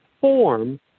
form